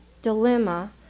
dilemma